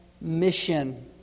mission